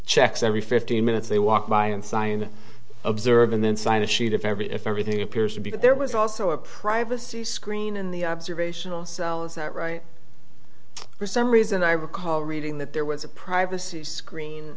checks every fifteen minutes they walk by and sign observe and then sign a sheet if every if everything appears to be but there was also a privacy screen in the observational cell is that right for some reason i recall reading that there was a privacy screen